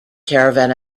caravan